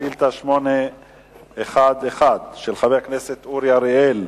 שאילתא 811 של חבר הכנסת אורי אריאל: